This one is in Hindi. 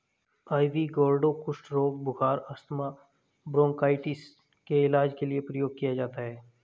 आइवी गौर्डो कुष्ठ रोग, बुखार, अस्थमा, ब्रोंकाइटिस के इलाज के लिए प्रयोग किया जाता है